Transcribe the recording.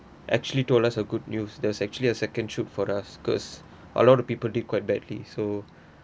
actually told us a good news there's actually a second shoot for us cause a lot of people did quite badly so